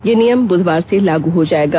यह नियम बुधवार से लागू हो जाएगा